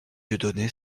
dieudonné